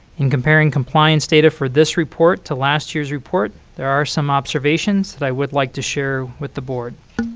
in comparing compliance data for this report to last year's report, there are some observations that i would like to share with the board.